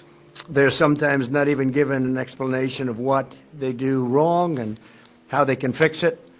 they are sometimes not even given an explanation of what they do wrong, and how they can fix it.